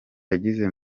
yagize